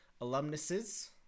alumnuses